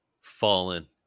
fallen